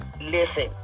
Listen